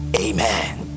Amen